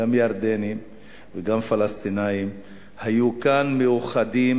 גם ירדנים וגם פלסטינים היו כאן מאוחדים